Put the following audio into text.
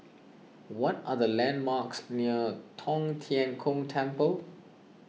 what are the landmarks near Tong Tien Kung Temple